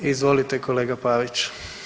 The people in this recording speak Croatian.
Izvolite kolega Pavić.